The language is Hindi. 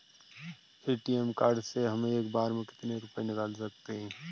ए.टी.एम कार्ड से हम एक बार में कितने रुपये निकाल सकते हैं?